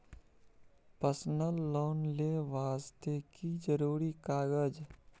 Personal loan ले वास्ते की जरुरी कागज?